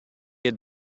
had